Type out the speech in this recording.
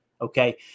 okay